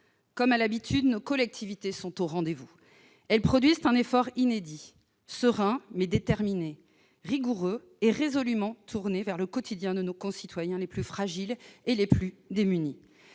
Comme à l'habitude, nos collectivités sont au rendez-vous. Elles produisent un effort inédit, serein, mais déterminé, rigoureux et résolument tourné vers le quotidien de nos concitoyens les plus fragiles et les plus démunis.